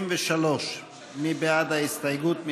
33. מי בעד ההסתייגות?